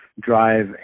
drive